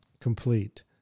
complete